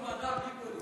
בסדר.